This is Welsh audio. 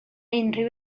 unrhyw